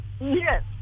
Yes